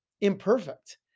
imperfect